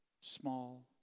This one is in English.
small